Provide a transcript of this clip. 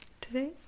today